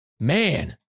Man